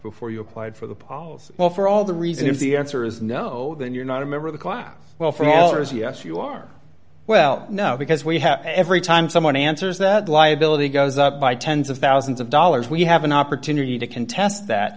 before you applied for the policy well for all the reasons if the answer is no then you're not a member of the class well for all or is yes you are well now because we have every time someone answers that liability goes up by tens of thousands of dollars we have an opportunity to contest that